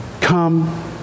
Come